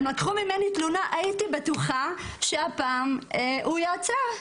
הם לקחו ממני תלונה והייתי בטוחה שהפעם הוא ייעצר.